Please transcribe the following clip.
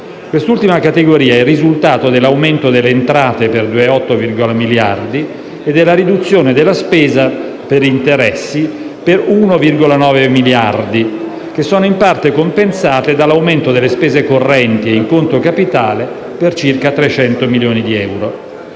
Quest'ultima categoria è il risultato dell'aumento delle entrate per 2,8 miliardi e della riduzione della spesa per interessi per 1,9 miliardi, in parte compensate dall'aumento delle spese correnti e in conto capitale per circa 300 milioni di euro.